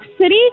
City